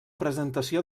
presentació